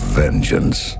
vengeance